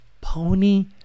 Pony